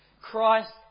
Christ